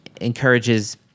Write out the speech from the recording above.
encourages